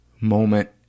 moment